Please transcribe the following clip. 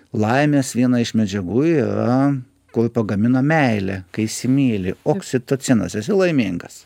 laimės viena iš medžiagų yra kur pagamino meilę kai įsimyli oksitocinas esi laimingas